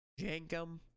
Jankum